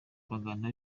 guhangana